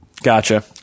Gotcha